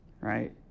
right